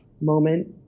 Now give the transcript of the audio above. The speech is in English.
moment